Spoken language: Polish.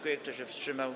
Kto się wstrzymał?